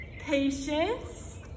patience